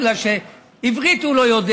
בגלל שעברית הוא לא יודע,